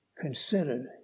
considered